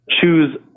choose